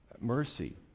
Mercy